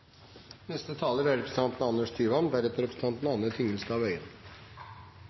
Neste taler er representanten